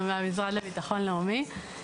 מהמשרד לבטחון לאומי.